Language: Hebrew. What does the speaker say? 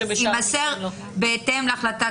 לכתוב: בהתאם להחלטת